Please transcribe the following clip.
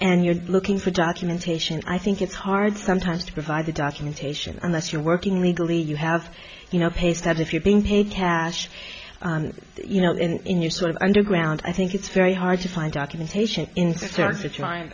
and you're looking for documentation i think it's hard sometimes to provide the documentation and that you're working legally you have you know pay stubs if you're being paid cash you know and you're sort of underground i think it's very hard to find documentation in stores to try and